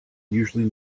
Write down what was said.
usually